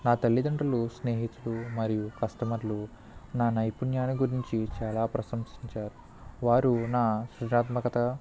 నా తల్లిదండ్రులు స్నేహితులు మరియు కస్టమర్లు నా నైపుణ్యాన్ని గురించి చాలా ప్రశంసించారు వారు నా సృజనాత్మకత